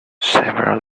several